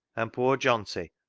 and poor johnty,